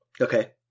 Okay